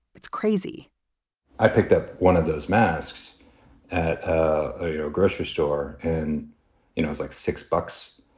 it's crazy i picked up one of those masks at a you know grocery store and it was like six bucks,